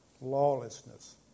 lawlessness